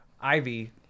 ivy